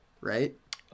right